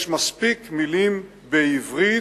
יש מספיק מלים בעברית,